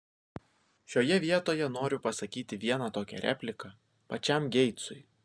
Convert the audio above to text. šioje vietoje noriu pasakyti vieną tokią repliką pačiam geitsui